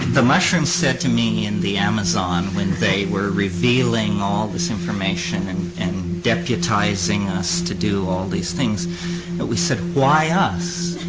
the mushroom said to me in the amazon, when they were revealing all this information and and deputizing us to do all these things but we said, why us?